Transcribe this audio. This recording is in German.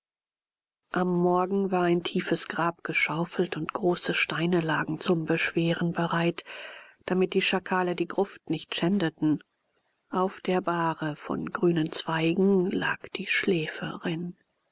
am morgen war ein tiefes grab geschaufelt und große steine lagen zum beschweren bereit damit die schakale die gruft nicht schändeten auf der bahre von grünen zweigen lag die schläferin